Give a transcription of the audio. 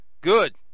good